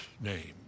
name